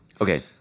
Okay